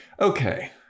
Okay